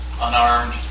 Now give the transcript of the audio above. unarmed